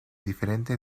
diferente